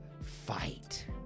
fight